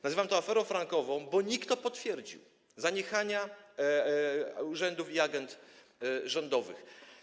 Nazywam to aferą frankową, bo NIK potwierdził zaniechania urzędów i agend rządowych.